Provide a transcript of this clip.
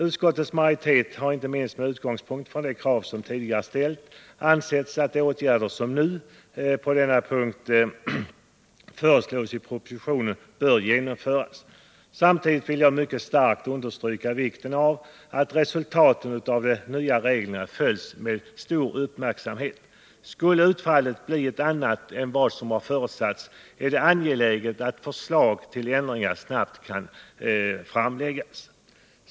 Utskottets majoritet har inte minst med utgångspunkt i de krav som tidigare ställts ansett att de åtgärder som nu — på denna punkt — föreslås i propositionen bör genomföras. Samtidigt vill jag mycket starkt understryka vikten av att resultaten av de nya reglerna följs med stor uppmärksamhet. Skulle utfallet bli ett annat än vad som förutsatts är det angeläget att förslag till ändringar snabbt kan framläggas.